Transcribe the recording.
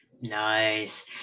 Nice